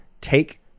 take